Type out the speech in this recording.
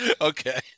Okay